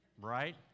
right